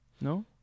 No